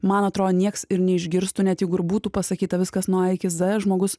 man atrodo nieks ir neišgirstų net jeigu ir būtų pasakyta viskas nuo a iki z žmogus